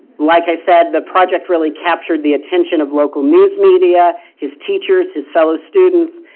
like i said, the project really captured the attention of local news media, his teachers, his fellow students,